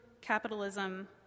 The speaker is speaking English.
capitalism